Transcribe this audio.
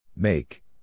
Make